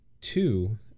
two